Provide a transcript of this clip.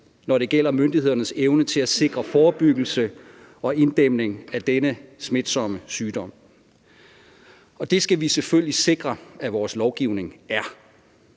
når det gælder myndighedernes evne til at sikre forebyggelse og inddæmning af denne smitsomme sygdom. Og det skal vi selvfølgelig sikre at vores lovgivning er.